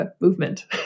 movement